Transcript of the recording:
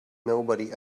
nobody